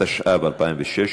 התשע"ו 2016,